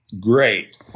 great